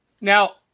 Now